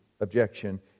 objection